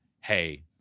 Hey